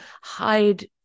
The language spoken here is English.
hide